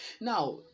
Now